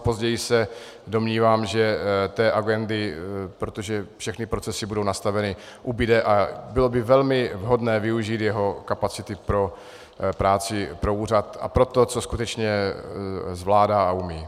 Později se domnívám, že té agendy, protože všechny procesy budou nastaveny, ubude a bylo by velmi vhodné využít jeho kapacity pro práci pro úřad a pro to, co skutečně zvládá a umí.